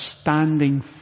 standing